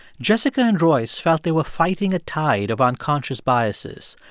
jessica and royce felt they were fighting a tide of unconscious biases,